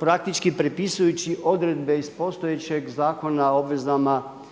praktički prepisujući odredbe iz postojećeg Zakona o obvezama i